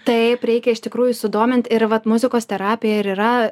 taip reikia iš tikrųjų sudomint ir vat muzikos terapija ir yra